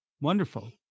Wonderful